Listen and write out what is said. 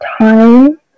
time